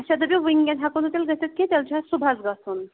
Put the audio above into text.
اچھا دٔپِو وٕنۍکٮ۪ن ہٮ۪کو نہٕ تیٚلہِ گٔژھِتھ کینٛہہ تیٚلہِ چھُ اَسہِ صُبحَس گَژھُن